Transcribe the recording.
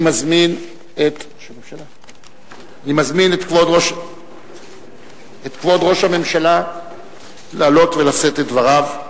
אני מזמין את כבוד ראש הממשלה לעלות ולשאת את דבריו.